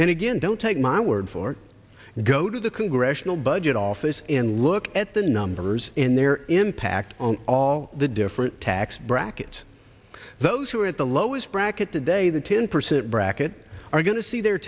and again don't take my word for it go to the congressional budget office and look at the numbers and their impact all the different tax brackets those who are at the lowest bracket today the ten percent bracket are going to see their